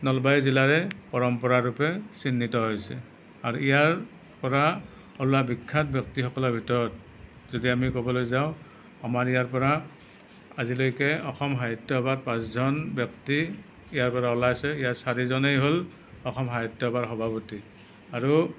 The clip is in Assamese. নলবাৰী জিলাৰে পৰম্পৰা ৰূপে চিহ্নিত হৈছে আৰু ইয়াৰ পৰা ওলোৱা বিখ্যাত ব্যক্তিসকলৰ ভিতৰত যদি আমি ক'বলৈ যাওঁ আমাৰ ইয়াৰ পৰা আজিলৈকে অসম সাহিত্য সভাত পাঁচজন ব্যক্তি ইয়াৰ পৰা ওলাইছে ইয়াৰ চাৰিজনেই হ'ল অসম সাহিত্য সভাৰ সভাপতি আৰু